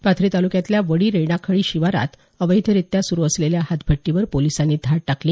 पाथरी ताल्क्यातल्या वडी रेणाखळी शिवारात अवैधरित्या सुरु असलेल्या हातभट्टीवर पोलिसांनी धाड टाकली